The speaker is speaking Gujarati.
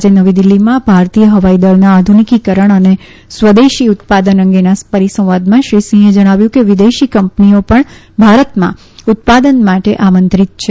આજે નવી દીલ્ફીમાં ભારતીય હવાઇદળના આધુનીકરણ અને સ્વદેશી ઉત્પાદન અંગેના પરિસંવાદમાં શ્રી સિંહે જણાવ્યું કે વિદેશી કંપનીઓ પણ ભારતમાં ઉત્પાદન માટે આમંત્રિત છે